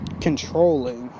controlling